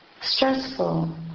stressful